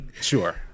sure